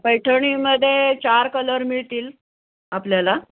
पैठणीमध्ये चार कलर मिळतील आपल्याला